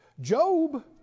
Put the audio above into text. Job